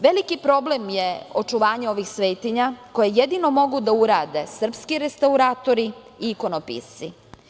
Veliki problem je očuvanje ovih svetinja koje jedino mogu da urade srpski restauratori i ikonopisci.